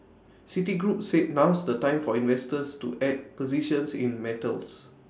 citigroup said now's the time for investors to add positions in metals